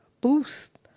Boost